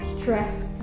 stress